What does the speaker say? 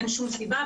אין שום סיבה.